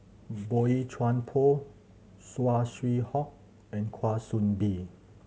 Boey Chuan Poh Saw Swee Hock and Kwa Soon Bee